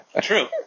True